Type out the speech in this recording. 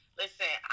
listen